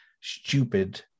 stupid